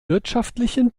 wirtschaftlichen